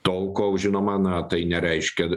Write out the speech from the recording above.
tol kol žinoma na tai nereiškia